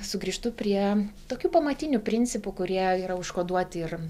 sugrįžtu prie tokių pamatinių principų kurie yra užkoduoti ir